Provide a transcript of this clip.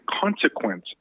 consequence